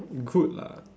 good lah